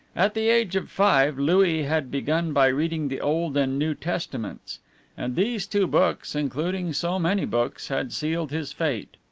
at the age of five louis had begun by reading the old and new testaments and these two books, including so many books, had sealed his fate.